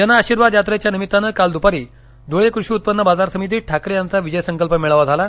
जनआशिर्वाद यात्रेच्या निमित्ताने काल दुपारी धुळे कृषी उत्पन्न बाजार समितीत ठाकरे यांचा विजय संकल्प मेळावा झाला